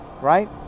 right